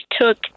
took